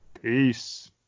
Peace